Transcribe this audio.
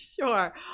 Sure